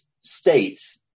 states